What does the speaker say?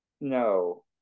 No